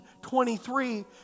23